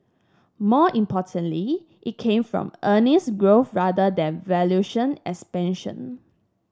more importantly it came from earnings growth rather than valuation expansion